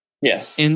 Yes